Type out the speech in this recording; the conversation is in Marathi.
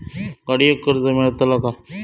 गाडयेक कर्ज मेलतला काय?